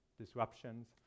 disruptions